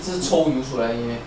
不是一直冲油出来而已 meh